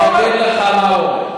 אני אגיד לך מה הוא אומר.